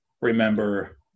remember